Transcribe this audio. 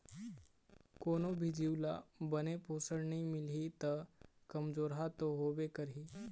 कोनो भी जीव ल बने पोषन नइ मिलही त कमजोरहा तो होबे करही